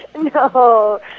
No